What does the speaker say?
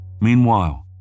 Meanwhile